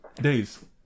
days